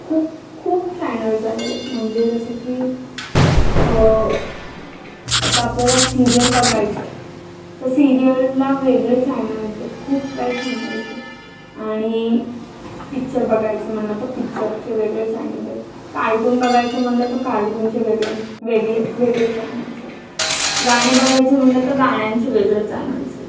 खूप खूप चायनल्स आलेले आहेत म्हणजे जसं की आता आपल्याला सीरियल बघायचं तर सिरियलला वेगळे चायनल्स आहेत खूप काही चॅनल्स आहेत आणि पिच्चर बघायचं म्हणलं तर पिच्चरचे वेगळे चॅनल आहेत कार्टून बघायचं म्हणलं तर कार्टूनचे वेगळे वेगळे वेगळे चायनल्स आहेत गाणे बघायचे म्हणलं तर गाण्यांचे वेगळे चायनल्स आहेत